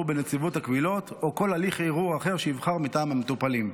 בנציבות הקבילות וכל הליך ערעור אחר" שייבחר מטעם המטופלים.